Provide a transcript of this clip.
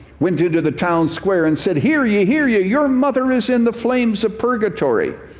went into the town square, and said, here ye, here ye, your mother is in the flames of purgatory.